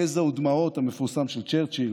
יזע ודמעות" המפורסם של צ'רצ'יל,